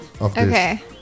okay